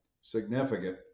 significant